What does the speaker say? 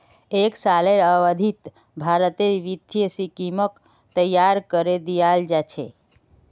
एक सालेर अवधित भारतेर वित्तीय स्कीमक तैयार करे दियाल जा छे